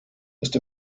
ist